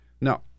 Now